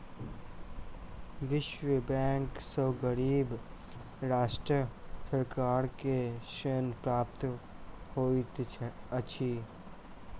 विश्व बैंक सॅ गरीब राष्ट्रक सरकार के ऋण प्राप्त होइत अछि